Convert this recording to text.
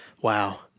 Wow